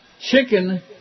chicken